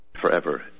forever